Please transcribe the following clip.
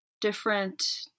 different